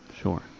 sure